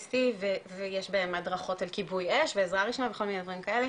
שיא ויש בהם הדרכות על כיבוי אש ועזרה ראשונה וכל מיני דברים כאלה,